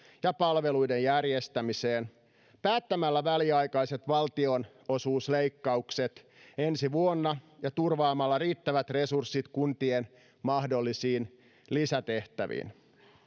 ja palveluiden järjestämiseen päättämällä väliaikaiset valtionosuusleikkaukset ensi vuonna ja turvaamalla riittävät resurssit kuntien mahdollisiin lisätehtäviin